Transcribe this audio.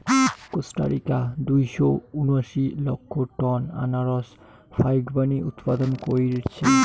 Costa Rica দুইশো উনাশি লক্ষ টন আনারস ফাইকবানী উৎপাদন কইরছে